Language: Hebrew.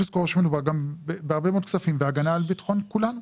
צריך לזכור שמדובר גם בהרבה מאוד כספים והגנה על ביטחון כולנו.